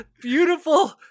beautiful